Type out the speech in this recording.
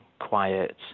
Quiet